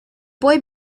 boy